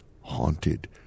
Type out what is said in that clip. haunted